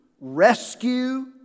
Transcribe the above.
Rescue